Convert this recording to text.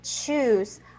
Choose